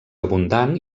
abundant